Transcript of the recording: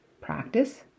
practice